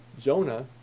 Jonah